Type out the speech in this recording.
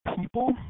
people